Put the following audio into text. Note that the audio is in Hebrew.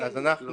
כן יבטלו לו.